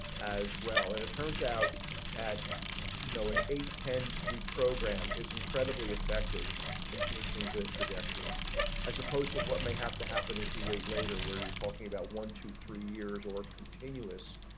as well and it turns out that you know in a ten week program is incredibly effective in changing the trajectory as opposed to what may have to happen if you wait later where you're talking about one to three years or continuous.